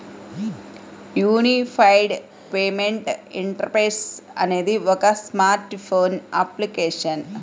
unified payment interface అనేది ఒక smart phone application